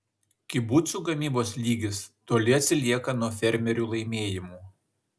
kibucų gamybos lygis toli atsilieka nuo fermerių laimėjimų